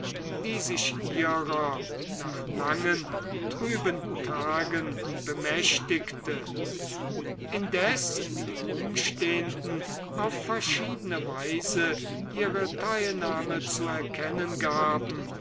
die sich ihrer nach langen trüben tagen bemächtigte indes die umstehenden auf verschiedene weise ihre teilnahme zu erkennen gaben